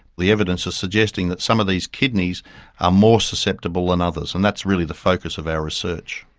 the evidence is suggesting that some of these kidneys are more susceptible than others, and that's really the focus of our research.